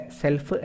self